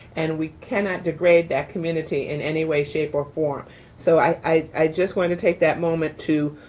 and we cannot degrade that community in any way, shape or form. so i just wanted to take that moment to